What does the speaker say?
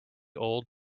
old